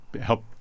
help